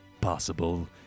possible